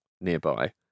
nearby